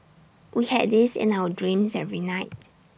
we had this in our dreams every night